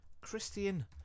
Christian